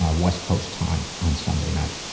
ah west coast time on sunday night.